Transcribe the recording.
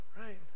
Right